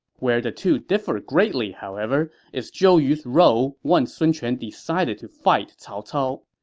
where the two differ greatly, however, is zhou yu's role once sun quan decided to fight cao cao.